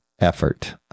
effort